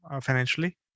financially